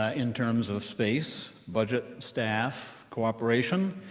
ah in terms of space, budget, staff, cooperation.